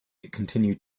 continue